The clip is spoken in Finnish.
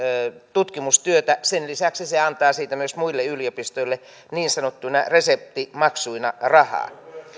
tutkimustyötä sen lisäksi se antaa siitä myös muille yliopistoille niin sanottuina reseptimaksuina rahaa